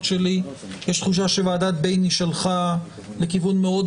שלי יש תחושה שוועדת בייניש הלכה לכיוון מאוד